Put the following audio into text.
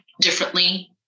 differently